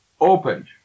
opened